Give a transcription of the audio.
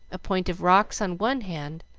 a point of rocks on one hand,